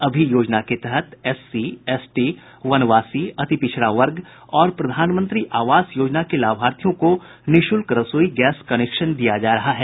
अभी योजना के तहत एससी एसटी वनवासी अतिपिछड़ा वर्ग और प्रधानमंत्री आवास योजना के लाभार्थियों को निःशुल्क रसोई गैस कनेक्शन दिया जा रहा है